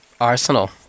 Arsenal